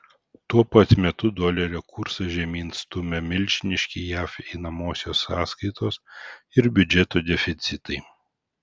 tuo pat metu dolerio kursą žemyn stumia milžiniški jav einamosios sąskaitos ir biudžeto deficitai